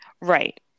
Right